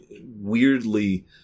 weirdly